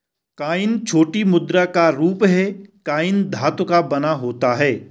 coin छोटी मुद्रा का रूप है कॉइन धातु का बना होता है